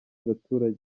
baturage